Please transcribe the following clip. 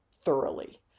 thoroughly